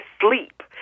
sleep